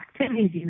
activities